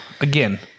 again